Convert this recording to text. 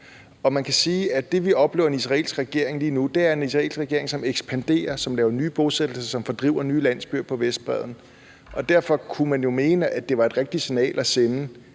som vi oplever en israelsk regering lige nu, er en israelsk regering, som ekspanderer, som laver nye bosættelser, som fordriver nye landsbyer på Vestbredden, og derfor kunne man jo mene, at det var et rigtigt signal at sende: